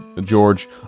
George